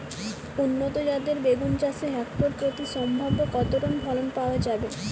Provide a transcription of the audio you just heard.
উন্নত জাতের বেগুন চাষে হেক্টর প্রতি সম্ভাব্য কত টন ফলন পাওয়া যায়?